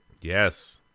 Yes